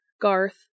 Garth